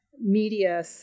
media